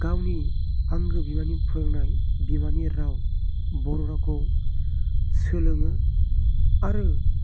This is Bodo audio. गावनि आंगो बिमानि फोरोंनाय बिमानि राव बर' रावखौ सोलोङो आरो